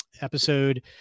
episode